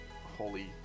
holy